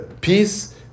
peace